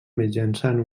mitjançant